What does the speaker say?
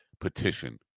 petition